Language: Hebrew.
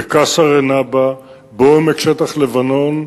בקאסר-אל-נבע, בעומק שטח לבנון,